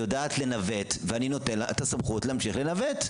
יודעת לנווט ואני נותן לה את הסמכות להמשיך לנווט.